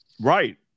Right